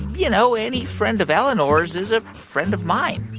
you know, any friend of eleanor's is a friend of mine